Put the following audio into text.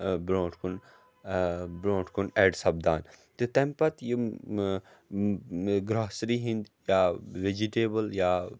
برونٛٹھ کُن برونٛٹھ کُن ایٚڈ سَپدان تہٕ تَمہِ پَتہٕ یِم گرٛاسری ہِنٛدۍ یا ویجِٹیبٕل یا